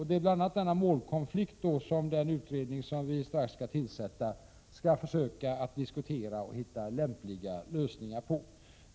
Det är bl.a. denna målkonflikt som den utredning vi strax skall tillsätta har att diskutera och försöka hitta lämpliga lösningar på.